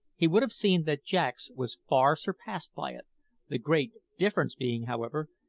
he would have seen that jack's was far surpassed by it the great difference being, however,